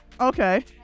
okay